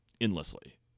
endlessly